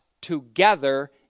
together